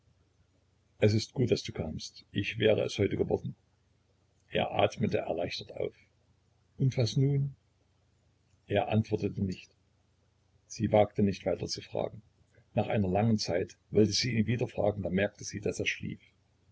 es ist gut daß du kamst ich wäre es heute geworden er atmete erleichtert auf und was nun er antwortete nicht sie wagte nicht weiter zu fragen nach einer langen zeit wollte sie ihn wieder fragen da merkte sie daß er schlief